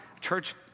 church